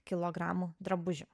kilogramų drabužių